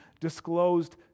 disclosed